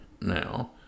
now